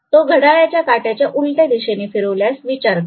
तो घड्याळाच्या काट्याच्या उलट्या दिशेने फिरवल्यास विचार करा